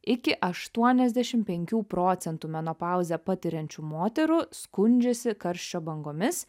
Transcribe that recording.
iki aštuoniasdešim penkių procentų menopauzę patiriančių moterų skundžiasi karščio bangomis